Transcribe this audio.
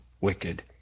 wicked